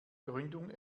gründung